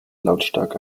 lautstark